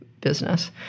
business